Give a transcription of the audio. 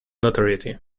notoriety